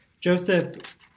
Joseph